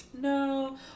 no